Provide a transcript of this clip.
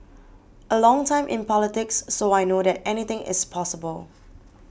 a long time in politics so I know that anything is possible